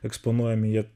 eksponuojami jie